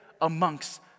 amongst